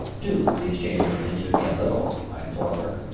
do please change your opinion of me a little, i implored her.